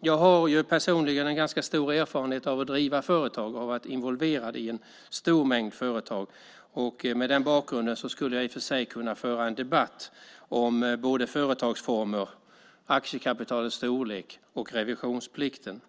Jag har personligen ganska stor erfarenhet av att driva företag. Jag har varit involverad i en stor mängd företag. Med den bakgrunden skulle jag i och för sig kunna föra en debatt om företagsformer, aktiekapitalets storlek och revisionsplikten.